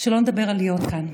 שלא נדבר על להיות כאן.